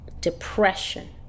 depression